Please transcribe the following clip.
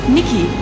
Nikki